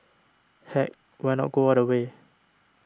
heck why not go all the way